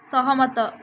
ସହମତ